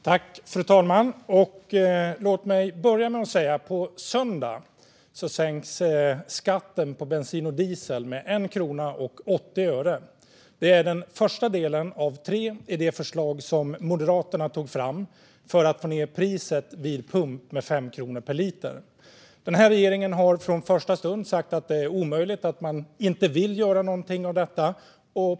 Fru talman! Låt mig börja med att säga att på söndag sänks skatten på bensin och diesel med 1 krona och 80 öre. Det är den första delen av tre i det förslag som Moderaterna tog fram för att få ned priset vid pump med 5 kronor per liter. Den här regeringen har från första stund sagt att det är omöjligt och att den inte vill göra någonting av detta.